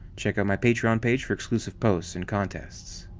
check out my patreon page for exclusive posts and contests.